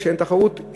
כשאין תחרות,